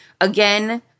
again